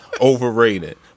Overrated